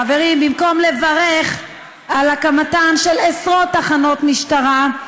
חברים, במקום לברך על הקמתן של עשרות תחנות משטרה,